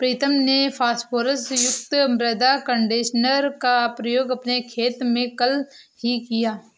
प्रीतम ने फास्फोरस युक्त मृदा कंडीशनर का प्रयोग अपने खेत में कल ही किया